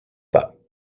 pas